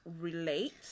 relate